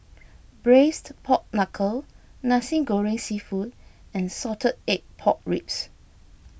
Braised Pork Knuckle Nasi Goreng Seafood and Salted Egg Pork Ribs